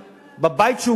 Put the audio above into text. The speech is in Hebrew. היושבת-ראש,